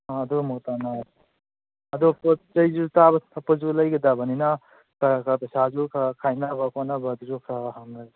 ꯑꯣ ꯑꯗꯨ ꯑꯃꯨꯛ ꯇꯥꯅꯔꯁꯤ ꯑꯗꯨ ꯄꯣꯠ ꯆꯩꯁꯨ ꯆꯥꯕ ꯊꯛꯄꯁꯨ ꯂꯩꯒꯗꯕꯅꯤꯅ ꯈꯔ ꯈꯔ ꯄꯩꯁꯥꯁꯨ ꯈꯔ ꯈꯥꯏꯅꯕ ꯈꯣꯠꯅꯕ ꯑꯗꯨꯁꯨ ꯈꯔ ꯈꯔ ꯍꯥꯞꯅꯁꯤ